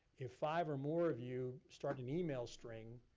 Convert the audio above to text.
if five or more of you start an email string,